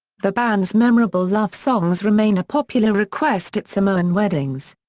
the band's memorable love songs remain a popular request at samoan weddings.